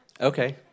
okay